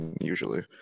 usually